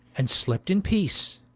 and slept in peace